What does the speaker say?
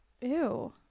ew